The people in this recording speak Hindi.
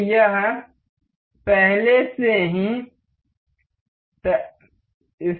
तो यह पहले से ही तय है